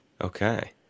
Okay